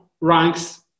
ranks